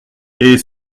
est